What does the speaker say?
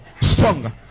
stronger